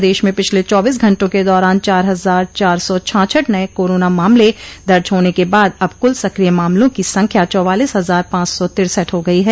प्रदेश में पिछले चौबीस घटों के दौरान चार हजार चार सौ छाछठ नये कोरोना मामले दर्ज होने के बाद अब कुल सक्रिय मामलों की संख्या चौवालीस हजार पांच सौ तिरसठ हो गई है